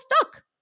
stuck